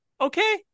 Okay